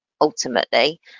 ultimately